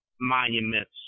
monuments